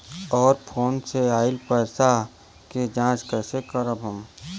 और फोन से आईल पैसा के जांच कैसे करब हम?